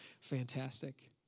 fantastic